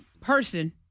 person